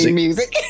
music